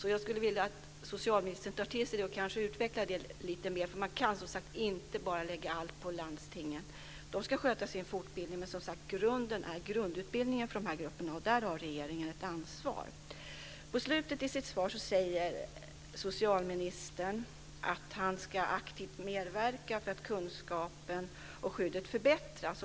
Jag skulle vilja att socialministern tar till sig det och kanske utvecklar det lite mer. Man kan som sagt inte bara lägga allt på landstinget. De ska sköta sin fortbildning, men grunden är som sagt grundutbildningen för den här gruppen, och där har regeringen ett ansvar. I slutet i sitt svar säger socialministern att han aktivt ska medverka för att kunskapen och skyddet förbättras.